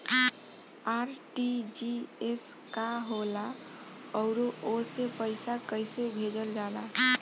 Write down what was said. RTGS का होला आउरओ से पईसा कइसे भेजल जला?